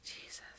Jesus